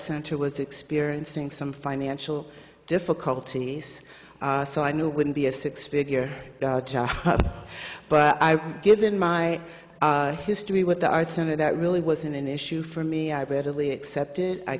center was experiencing some financial difficulties so i knew it wouldn't be a six figure job but i've given my history with the art center that really wasn't an issue for me i barely accepted i